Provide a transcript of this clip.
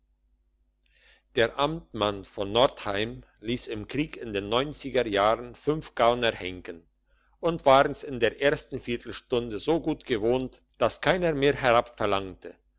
der amtmann in nordheim liess im krieg in den neunziger jahren fünf gauner henken und waren's in der ersten viertelstunde so gut gewohnt dass keiner mehr